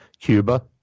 Cuba